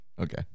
okay